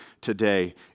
today